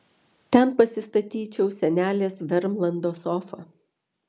ten pasistatyčiau senelės vermlando sofą